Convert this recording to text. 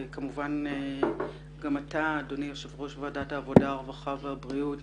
כמובן גם אתה אדוני יושב-ראש ועדת העבודה הרווחה והבRIAות